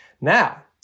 Now